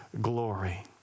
glory